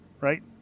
right